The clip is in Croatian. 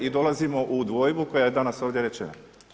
I dolazimo u dvojbu koja je danas ovdje rečena.